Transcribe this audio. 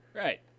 Right